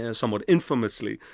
and somewhat infamously,